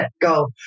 go